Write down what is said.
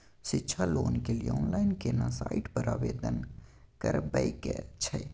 शिक्षा लोन के लिए ऑनलाइन केना साइट पर आवेदन करबैक छै?